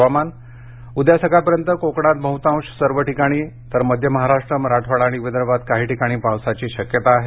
हवामान उद्या सकाळपर्यंत कोकणात बहुतांश सर्व ठिकाणी तर मध्य महाराष्ट्र मराठवाडा आणि विदर्भात काही ठिकाणी पावसाची शक्यता आहे